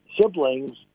siblings